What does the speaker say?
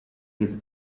his